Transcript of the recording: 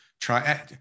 try